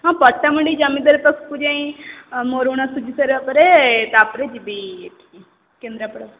ହଁ ପଟ୍ଟାମୁଣ୍ଡେଇ ଜମିଦାର ପାଖକୁ ଯାଇ ମୋର ଋଣ ସୁଝି ସାରିଲା ପରେ ତାପରେ ଯିବି ଏଠି କି କୋନ୍ଦ୍ରାପଡ଼ାକୁ